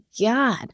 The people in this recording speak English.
God